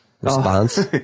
response